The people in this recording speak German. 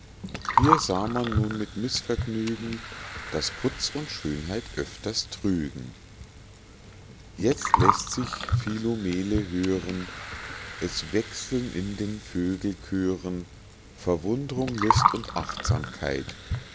hier sah man nun mit mißvergnügen daß putz und schönheit öfters trügen jetzt läßt sich philomele hören es wechseln in den vögel chören verwund'rung lust und achtsamkeit